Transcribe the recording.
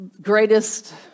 greatest